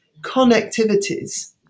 connectivities